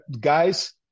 guys